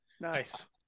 Nice